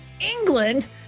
England